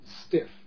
stiff